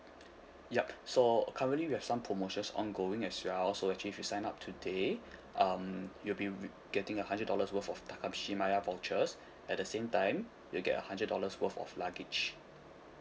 yup so currently we have some promotions ongoing as well so actually if you sign up today um you'll be we~ getting a hundred dollars worth of takashimaya vouchers at the same time you'll get a hundred dollars worth of luggage